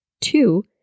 Two